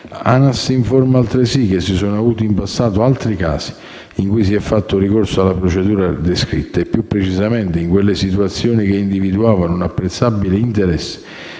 L'ANAS informa altresì che si sono avuti in passato altri casi in cui si è fatto ricorso alla procedura descritta, e più precisamente in quelle situazioni che individuavano un apprezzabile interesse